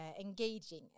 engaging